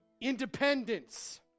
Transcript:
independence